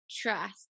trust